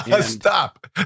Stop